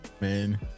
Man